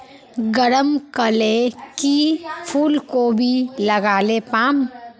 गरम कले की फूलकोबी लगाले पाम?